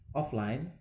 offline